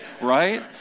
right